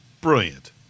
Brilliant